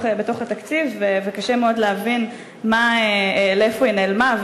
התקציב וקשה מאוד להבין לאן היא נעלמה,